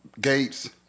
Gates